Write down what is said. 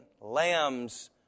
lambs